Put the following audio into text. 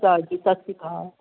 ਸਤਿ ਸ਼੍ਰੀ ਅਕਾਲ ਜੀ ਸਤਿ ਸ਼੍ਰੀ ਅਕਾਲ